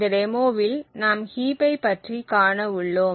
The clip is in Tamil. இந்த டெமோவில் நாம் ஹீப்பை பற்றி காண உள்ளோம்